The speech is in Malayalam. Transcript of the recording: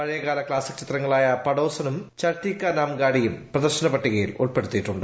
പഴയകാല ക്ലാസ്സിക് ചിത്രങ്ങളായ പഡോസൻ ഉം ചൽത്തി കാ നാം ഗാഡിയും പ്രദർശനപട്ടികയിൽ ഉൾപ്പെടുത്തിയിട്ടുണ്ട്